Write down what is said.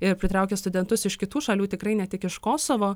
ir pritraukia studentus iš kitų šalių tikrai ne tik iš kosovo